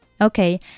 Okay